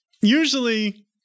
usually